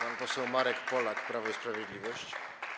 Pan poseł Marek Polak, Prawo i Sprawiedliwość.